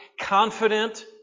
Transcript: confident